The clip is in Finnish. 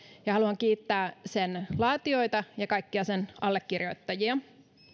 ja haluan kiittää sen laatijoita ja kaikkia sen allekirjoittajia